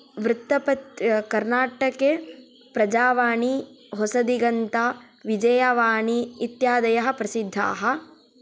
वृत्तपत्र कर्नाटके प्रजावाणी होसदिगन्ता विजयवाणी इत्यादयः प्रसिद्धाः